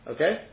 Okay